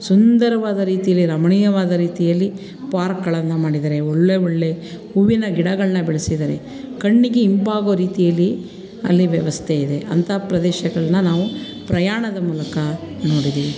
ಸುಂದರವಾದ ರೀತಿಲಿ ರಮಣೀಯವಾದ ರೀತಿಯಲ್ಲಿ ಪಾರ್ಕ್ಗಳನ್ನು ಮಾಡಿದ್ದಾರೆ ಒಳ್ಳೆಯ ಒಳ್ಳೆಯ ಹೂವಿನ ಗಿಡಗಳನ್ನ ಬೆಳ್ಸಿದ್ದಾರೆ ಕಣ್ಣಿಗೆ ಇಂಪಾಗೋ ರೀತಿಯಲ್ಲಿ ಅಲ್ಲಿ ವ್ಯವಸ್ಥೆ ಇದೆ ಅಂಥ ಪ್ರದೇಶಗಳನ್ನ ನಾವು ಪ್ರಯಾಣದ ಮೂಲಕ ನೋಡಿದ್ದೀವಿ